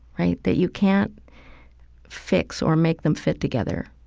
right, that you can't fix or make them fit together.